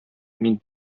мин